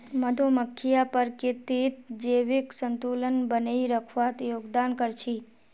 मधुमक्खियां प्रकृतित जैविक संतुलन बनइ रखवात योगदान कर छि